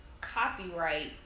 copyright